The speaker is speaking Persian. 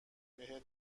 بهت